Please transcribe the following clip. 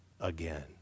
again